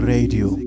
Radio